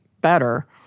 better